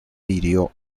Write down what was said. hirió